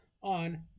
on